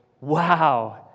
Wow